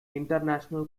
international